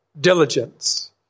diligence